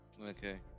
Okay